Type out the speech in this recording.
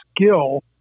skill